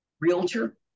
realtor